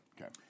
Okay